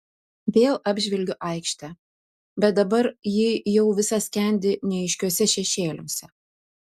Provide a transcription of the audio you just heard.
vėl apžvelgiu aikštę bet dabar ji jau visa skendi neaiškiuose šešėliuose